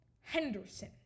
Henderson